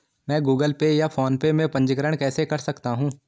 मैं Google Pay या PhonePe में पंजीकरण कैसे कर सकता हूँ?